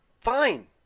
Fine